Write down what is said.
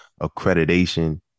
accreditation